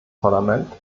parlament